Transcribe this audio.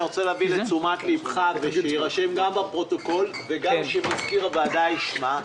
אני רוצה להביא לתשומת לבך ושיירשם בפרוטוקול וגם שמזכיר הוועדה ישמע,